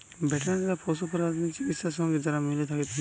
veterinary বা পশু প্রাণী চিকিৎসা সঙ্গে যারা মিলে থাকতিছে